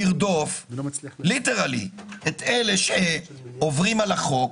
אתם, במקום לרדוף את אלה שעוברים על החוק,